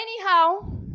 Anyhow